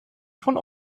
von